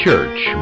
Church